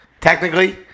technically